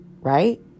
right